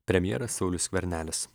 premjeras saulius skvernelis